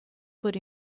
foot